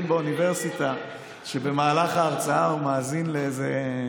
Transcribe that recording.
באוניברסיטה שבמהלך ההרצאה מאזין לאיזה